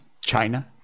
China